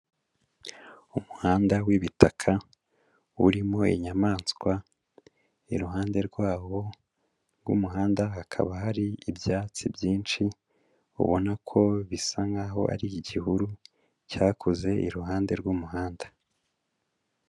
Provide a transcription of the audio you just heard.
Umuhanda w'ibitaka, urimo inyamaswa, iruhande rwawo rw'umuhanda hakaba hari ibyatsi byinshi, ubona ko bisa nkaho ari igihuru cyakuze iruhande rw'umuhanda.